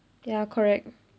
ya correct